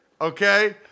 Okay